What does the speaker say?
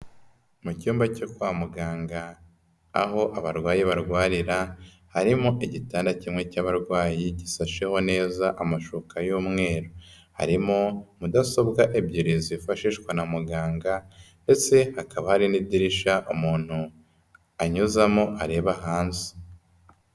Mu cyumba cyo kwa muganga aho abarwayi barwarira harimo igitanda kimwe cy'abarwayi gisasheho neza amashuka y'umweru, harimo mudasobwa ebyiri zifashishwa na muganga ndetse hakaba hari n'idirishya umuntu anyuzamo areba hanze.